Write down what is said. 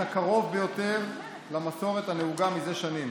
הקרוב ביותר למסורת הנהוגה זה שנים.